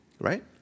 right